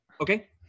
Okay